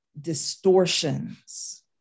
distortions